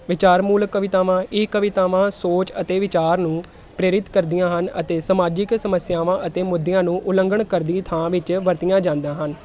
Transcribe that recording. ਵਿਚਾਰ ਮੂਲ ਕਵਿਤਾਵਾਂ ਇਹ ਕਵਿਤਾਵਾਂ ਸੋਚ ਅਤੇ ਵਿਚਾਰ ਨੂੰ ਪ੍ਰੇਰਿਤ ਕਰਦੀਆਂ ਹਨ ਅਤੇ ਸਮਾਜਿਕ ਸਮੱਸਿਆਵਾਂ ਅਤੇ ਮੁੱਦਿਆਂ ਨੂੰ ਉਲੰਘਣ ਕਰਦੀ ਥਾਂ ਵਿੱਚ ਵਰਤੀਆਂ ਜਾਂਦੀਆਂ ਹਨ